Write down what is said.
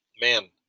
man